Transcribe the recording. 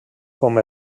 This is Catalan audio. com